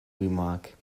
remark